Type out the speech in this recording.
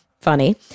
funny